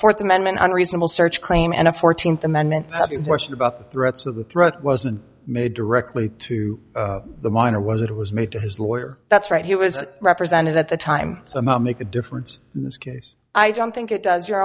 fourth amendment unreasonable search claim and a fourteenth amendment question about the rights of the throat wasn't made directly to the minor was it was made to his lawyer that's right he was represented at the time so much make a difference in this case i don't think it does your